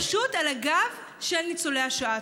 וזה פשוט על הגב של ניצולי השואה.